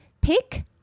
pick